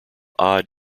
odd